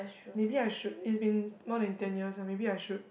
maybe I should it's been more than ten years maybe I should